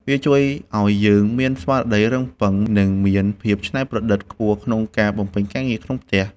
វាជួយឱ្យយើងមានស្មារតីរឹងប៉ឹង និងមានភាពច្នៃប្រឌិតខ្ពស់ក្នុងការបំពេញការងារក្នុងផ្ទះ។